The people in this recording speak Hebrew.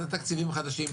אז זה תקציבים חדשים,